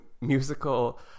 musical